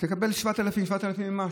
תקבל 7,000, 7,000 ומשהו.